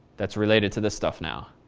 that's related to this stuff now?